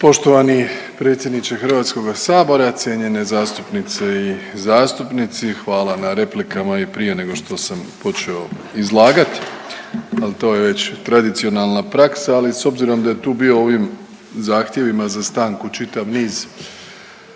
Poštovani predsjedniče Hrvatskoga sabora, cijenjene zastupnice i zastupnici. Hvala na replikama i prije nego što sam počeo izlagati, ali to je već tradicionalna praksa. Ali s obzirom da je tu bio u ovim zahtjevima za stanku čitav niz